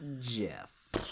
Jeff